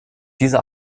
diese